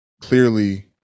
clearly